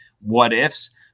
what-ifs